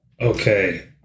Okay